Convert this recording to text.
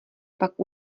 pak